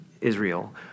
Israel